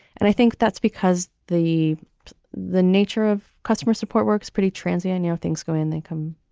and i think that's because the the nature of customer support works pretty transient. you know things go and they come.